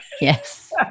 Yes